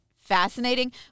fascinating